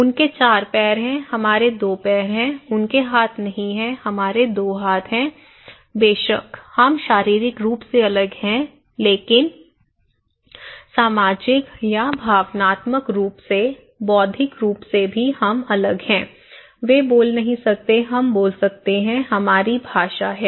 उनके 4 पैर हैं हमारे 2 पैर हैं उनके हाथ नहीं हैं हमारे 2 हाथ हैं बेशक हम शारीरिक रूप से अलग हैं लेकिन सामाजिक या भावनात्मक रूप से बौद्धिक रूप से भी हम अलग हैं वे बोल नहीं सकते हम बोल सकते हैंहमारी भाषा है